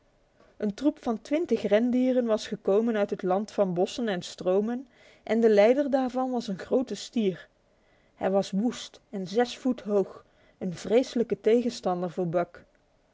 een troep van twintig rendieren was gekomen uit het land van bossen en stromen en de leider daarvan was een grote stier hij was woest en zes voet hoog een vreselijke tegenstander voor buck